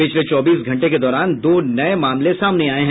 पिछले चौबीस घंटे के दौरान दो नये मामले सामने आये हैं